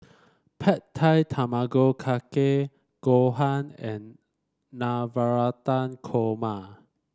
Pad Thai Tamago Kake Gohan and Navratan Korma